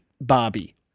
Barbie